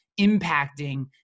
impacting